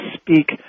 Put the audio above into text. speak